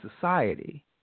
society